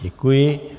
Děkuji.